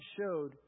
showed